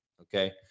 Okay